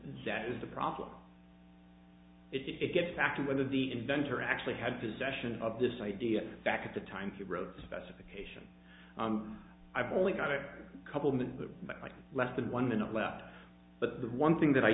zat is the problem it gets back to whether the inventor actually had possession of this idea back at the time to wrote specification i've only got a couple of the less than one minute left but the one thing that i